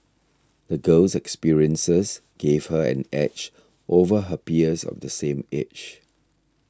the girl's experiences gave her an edge over her peers of the same age